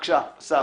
בבקשה, אסף.